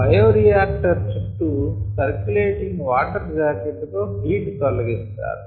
bioreactor చుట్టూ circulating water jacket తో heat తొలగిస్తారు